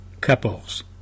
Couples